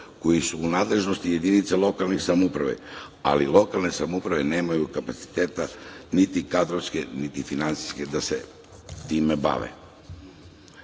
koji su u nadležnosti jedinica lokalnih samouprava, ali lokalne samouprave nemaju kapacitete, niti kadrovske, niti finansijske da se time